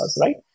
right